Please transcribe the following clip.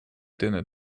dinner